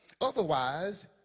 Otherwise